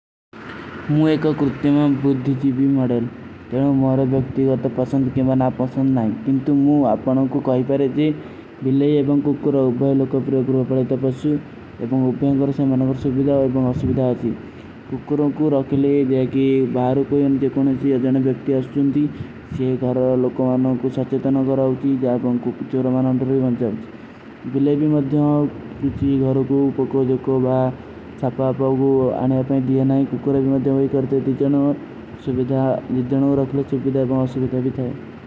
ମୁଝେ ଏକ କୁର୍ଟେ ମେଂ ବୁଦ୍ଧୀ ଜୀଵୀ ମଡେଲ। ତେଲିଏ ମୁରେ ଵ୍ଯାଖ୍ଯାନ ଵ୍ଯାଖ୍ଯାନ କୋ ପସଂଦ କେ ବାଦ ନାପସଂଦ ନାଈ। ପିଂଟୁ ମୁଝେ ଆପକା ସ୍ଵାଗତ ହୈ। ବିଲେ ଔର କୁର୍ଟେ ଲୋଗୋଂ କୋ ପ୍ରଵାପଡେ ତପସ୍ଵ। କୁର୍ଟେ ଲୋଗୋଂ କୋ ପ୍ରଵାପଡେ ତପସ୍ଵ।